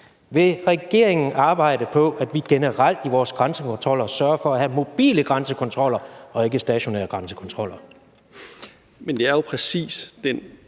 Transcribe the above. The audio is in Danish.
Vil regeringen arbejde på, at vi generelt i vores grænsekontroller sørger for at have mobile grænsekontroller og ikke stationære grænsekontroller? Kl. 13:17 Fjerde